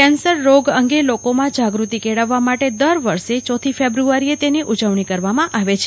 cancer રોગ અંગે લોકોમાં જાગૂતિ કેળવવા માટે દરવર્ષે ચોથી ફેબ્રુઆરીએ તેની ઉજવજી કરવામાં આવે છે